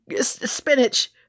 Spinach